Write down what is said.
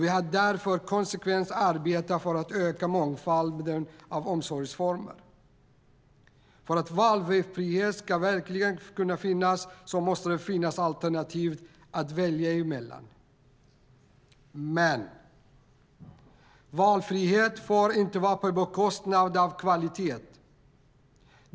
Vi har därför konsekvent arbetat för att öka mångfalden av omsorgsformer. För att valfrihet verkligen ska finnas måste det finnas alternativ att välja mellan. Men valfriheten får inte vara på bekostnad av kvaliteten.